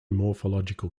morphological